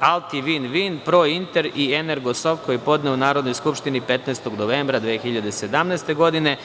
„Alti/Vin Vin“, „Prointer“ i „Energosoft“, koji je podneo Narodnoj skupštini 15. novembra 2017. godine.